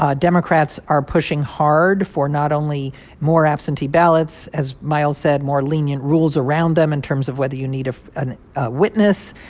ah democrats are pushing hard for not only more absentee ballots, as miles said, more lenient rules around them in terms of whether you need a ah witness.